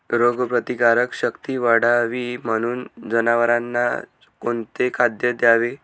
रोगप्रतिकारक शक्ती वाढावी म्हणून जनावरांना कोणते खाद्य द्यावे?